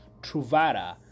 Truvada